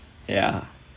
yeah